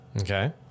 Okay